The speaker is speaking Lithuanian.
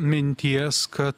minties kad